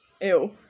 Ew